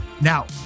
Now